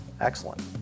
excellent